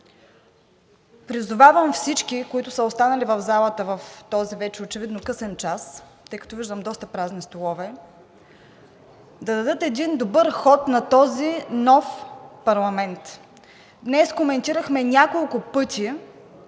Призовавам всички, които са останали в залата в този вече очевидно късен час, тъй като виждам доста празни столове, да дадат добър ход на този нов парламент. Днес коментирахме няколко пъти